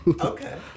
Okay